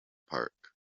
park